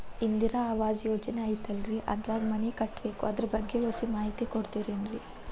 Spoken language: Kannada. ಇಂದಿರಾ ಆವಾಸ ಯೋಜನೆ ಐತೇಲ್ರಿ ಅದ್ರಾಗ ಮನಿ ಕಟ್ಬೇಕು ಅದರ ಬಗ್ಗೆ ಒಸಿ ಮಾಹಿತಿ ಕೊಡ್ತೇರೆನ್ರಿ?